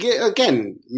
again